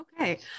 okay